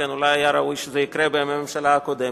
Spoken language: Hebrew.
אולי היה ראוי שזה יקרה בממשלה הקודמת.